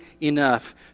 enough